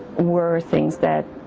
were things that